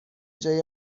جای